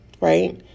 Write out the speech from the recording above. right